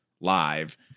live